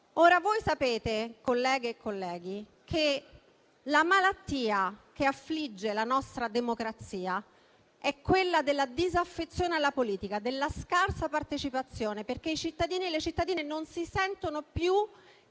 Come sapete, colleghe e colleghi, la malattia che affligge la nostra democrazia è la disaffezione alla politica, la scarsa partecipazione, perché i cittadini e le cittadine non si sentono più